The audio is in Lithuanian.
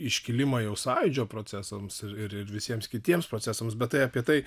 iškilimą jau sąjūdžio procesams ir ir visiems kitiems procesams bet tai apie tai